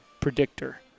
predictor